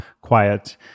Quiet